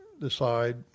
decide